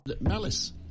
Malice